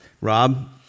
Rob